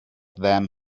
them